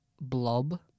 Blob